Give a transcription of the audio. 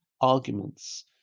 arguments